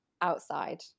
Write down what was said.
outside